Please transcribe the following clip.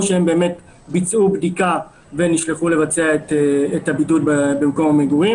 שהם באמת ביצעו בדיקה ונשלחו לבצע את הבידוד במקום המגורים.